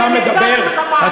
אתם הגדלתם את הפערים.